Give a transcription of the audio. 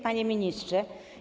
Panie Ministrze!